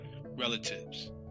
relatives